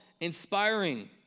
inspiring